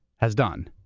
has done.